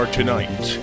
Tonight